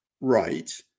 right